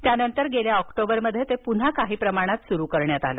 त्यानंतर गेल्या ऑक्टोबरमध्ये ते पुन्हा काही प्रमाणात सुरु करण्यात आलं